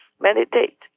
Meditate